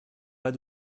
pas